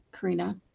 Karina